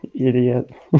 idiot